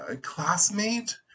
classmate